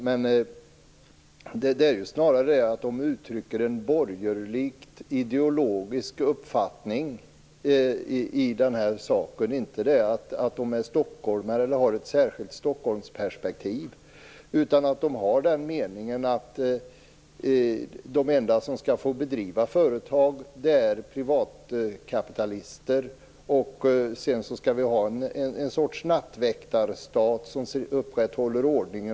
De uttrycker snarare en borgerligt ideologisk uppfattning i detta sammanhang. Det handlar inte om att de är stockholmare eller har ett särskilt Stockholmsperspektiv, utan de har den meningen att de enda som skall få bedriva företag är privatkapitalister. Sedan skall vi ha en sorts nattväktarstat som upprätthåller ordningen.-.-.